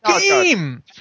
game